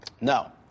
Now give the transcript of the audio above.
No